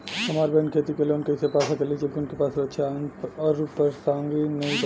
हमार बहिन खेती के लोन कईसे पा सकेली जबकि उनके पास सुरक्षा या अनुपरसांगिक नाई बा?